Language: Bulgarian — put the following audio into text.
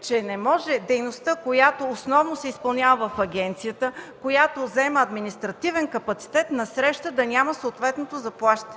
се, че дейността, която основно се изпълнява в агенцията, която заема административен капацитет, насреща да няма съответното заплащане.